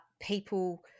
people